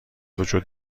وجود